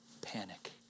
Panic